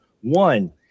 one